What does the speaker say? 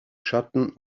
schatten